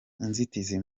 inzitizi